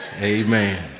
Amen